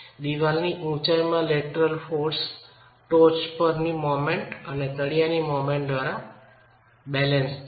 દિવાલની ઉચાઈમાં લેટરલ બળ ટોચ પરની મોમેન્ટ અને તળિયાની મોમેન્ટ દ્વારા સંતુલિત થાય છે